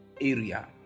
area